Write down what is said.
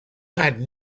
had